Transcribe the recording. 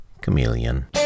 Chameleon